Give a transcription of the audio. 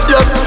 Yes